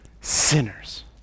sinners